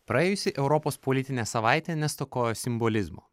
praėjusi europos politinė savaitė nestokojo simbolizmo